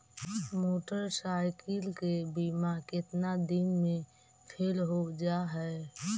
Motorcycle के बिमा केतना दिन मे फेल हो जा है?